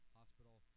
hospital